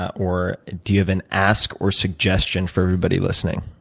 or do you have an ask or suggestion for everybody listening?